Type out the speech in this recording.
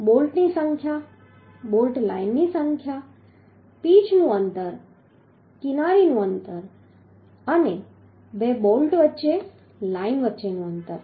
એટલે બોલ્ટની સંખ્યા બોલ્ટ લાઇનની સંખ્યા પીચનું અંતર કિનારીનું અંતર અને બે બોલ્ટ લાઇન વચ્ચેનું અંતર